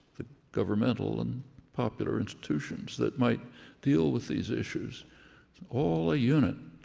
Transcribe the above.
the governmental and popular institutions, that might deal with these issues, it's all a unit.